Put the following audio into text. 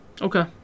Okay